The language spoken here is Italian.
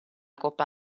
coppa